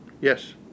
Yes